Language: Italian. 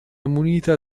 munita